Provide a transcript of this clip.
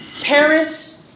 Parents